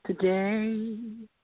Today